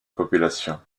population